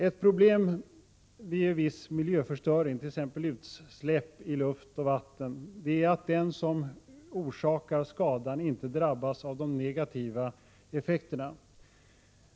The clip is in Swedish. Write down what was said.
Ett problem vid en viss miljöförstöring, t.ex. utsläpp i luft och vatten, är att den som orsakar skadan inte drabbas av de negativa effekterna.